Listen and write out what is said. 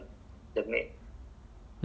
internally kan if